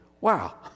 Wow